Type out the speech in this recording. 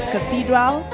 Cathedral